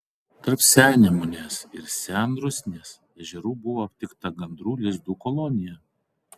tarp sennemunės ir senrusnės ežerų buvo aptikta gandrų lizdų kolonija